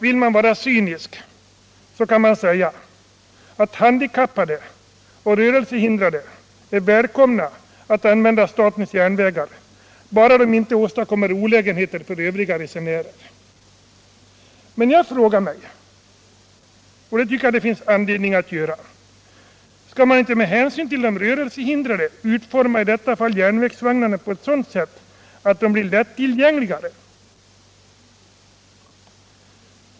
Vill man vara cynisk kan man säga att handikappade och rörelsehindrade är välkomna att använda statens järnvägar bara de inte åstadkommer olägenheter för övriga resenärer. Men jag tycker det finns anledning att fråga: Skall man inte med hänsyn till de rörelsehindrade utforma järnvägsvagnarna på sådant sätt att dessa blir mer lättillgängliga?